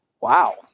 wow